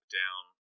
down